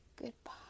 Goodbye